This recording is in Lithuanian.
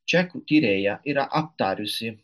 čekų tyrėja yra aptarusi